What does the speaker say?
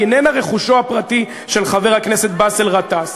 שהיא איננה רכושו הפרטי של חבר הכנסת באסל גטאס.